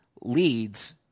leads